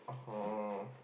oh